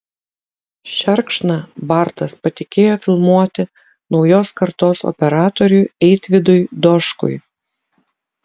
šerkšną bartas patikėjo filmuoti naujos kartos operatoriui eitvydui doškui